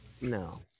No